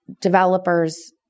developers